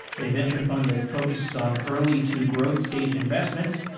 a venture fund that focuses on early to growth stage investments.